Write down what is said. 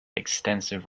extensive